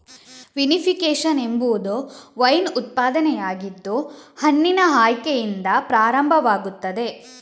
vinification ಎಂಬುದು wine ಉತ್ಪಾದನೆಯಾಗಿದ್ದು ಹಣ್ಣಿನ ಆಯ್ಕೆಯಿಂದ ಪ್ರಾರಂಭವಾಗುತ್ತದೆ